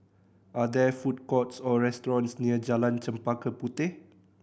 are there food courts or restaurants near Jalan Chempaka Puteh